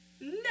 No